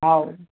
ହଉ